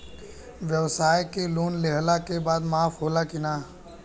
ब्यवसाय के लोन लेहला के बाद माफ़ होला की ना?